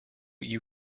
you